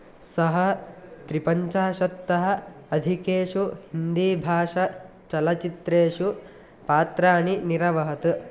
सः त्रिपञ्चाशत्तः अधिकेषु हिन्दीभाषाचलचित्रेषु पात्राणि निरवहत्